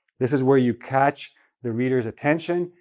this is where you catch the reader's attention,